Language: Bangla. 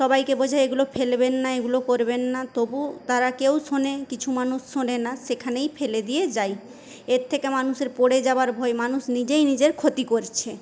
সবাইকে বোঝাই এগুলো ফেলবেন না এগুলো করবেন না তবু তারা কেউ শোনে কিছু মানুষ শোনে না সেখানেই ফেলে দিয়ে যায় এর থেকে মানুষের পড়ে যাওয়ার ভয় মানুষ নিজেই নিজের ক্ষতি করছে